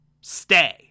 stay